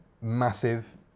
massive